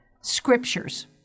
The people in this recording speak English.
scriptures